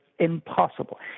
impossible